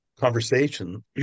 conversation